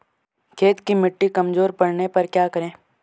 खेत की मिटी कमजोर पड़ने पर क्या करें?